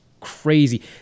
crazy